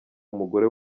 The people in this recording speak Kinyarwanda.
umugore